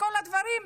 בכל הדברים,